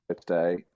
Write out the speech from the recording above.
today